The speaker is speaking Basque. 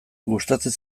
gustatzen